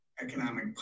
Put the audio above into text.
economic